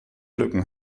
lücken